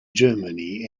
germany